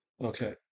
Okay